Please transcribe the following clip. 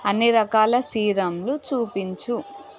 అన్ని రకాల సీరమ్లు చూపించు